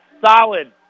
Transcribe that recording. solid